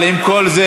אבל עם כל זה,